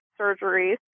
surgeries